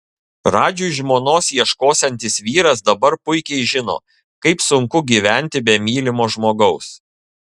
radžiui žmonos ieškosiantis vyras dabar puikiai žino kaip sunku gyventi be mylimo žmogaus